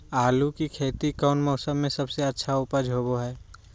आलू की खेती कौन मौसम में सबसे अच्छा उपज होबो हय?